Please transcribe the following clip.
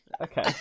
okay